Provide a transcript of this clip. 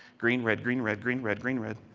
green, red, green, red, green, red, green, red.